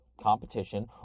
competition